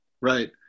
Right